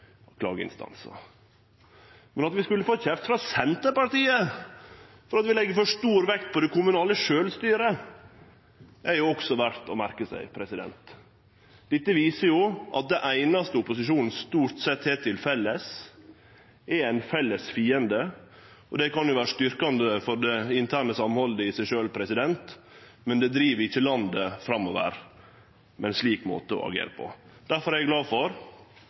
klageinstansar. Men at vi skulle få kjeft frå Senterpartiet for at vi legg for stor vekt på det kommunale sjølvstyret, er verdt å merke seg. Dette viser at det eine opposisjonen – stort sett – har til felles, er ein felles fiende. Det kan jo vere styrkjande for det interne samhaldet i seg sjølv, men ein driv ikkje landet framover med ein slik måte å agere på. Difor er eg glad for